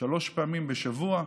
שלוש פעמים בשבוע,